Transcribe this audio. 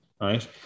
right